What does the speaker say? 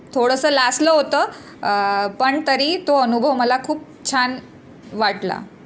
थोडंसं लासलं होतं पण तरी तो अनुभव मला खूप छान वाटला